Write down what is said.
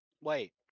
Wait